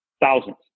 thousands